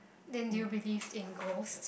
then do you believe in ghost